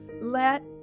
let